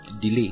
delay